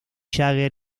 jagger